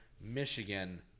Michigan